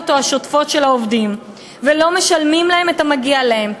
או השוטפות של העובדים ולא משלמים להם את המגיע להם.